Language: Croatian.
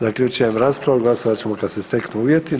Zaključujem raspravu, glasovat ćemo kad se steknu uvjeti.